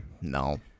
no